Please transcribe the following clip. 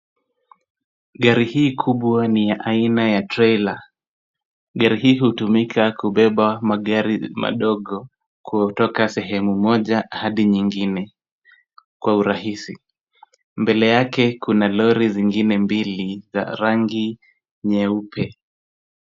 Gari hii kubwa ni ya aina ya trela .Gari hii hutumika kubeba magari madogo kutoka sehemu moja hadi nyingine kwa urahisi. Mbele yake kuna lori zingine mbili za rangi nyeupe.